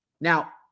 Now